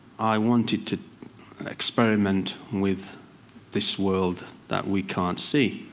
i wanted to experiment with this world that we can't see.